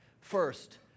First